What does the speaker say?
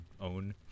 own